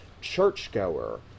churchgoer